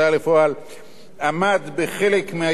עמד בחלק מהיעדים שנקבעו לו,